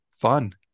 fun